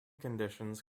conditions